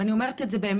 אני אומרת את זה באמת,